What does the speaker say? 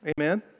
Amen